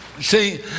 See